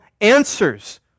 answers